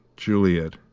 juliet,